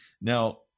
Now